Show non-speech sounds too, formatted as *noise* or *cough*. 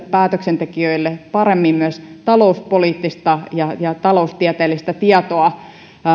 *unintelligible* päätöksentekijöille paremmin myös talouspoliittista ja ja taloustieteellistä tietoa